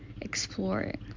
exploring